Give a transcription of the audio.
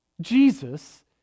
Jesus